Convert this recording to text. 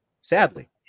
sadly